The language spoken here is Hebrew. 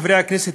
חברי הכנסת,